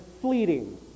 fleeting